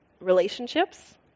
relationships